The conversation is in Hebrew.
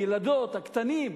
הילדות הקטנים?